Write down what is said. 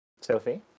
Sophie